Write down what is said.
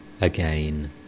Again